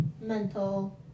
mental